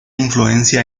influencia